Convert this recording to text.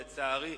לצערי,